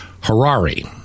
Harari